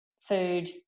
food